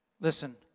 Listen